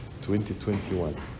2021